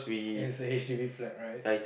and it's a H_D_B flat right